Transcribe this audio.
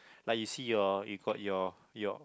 like you see your you got your